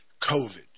COVID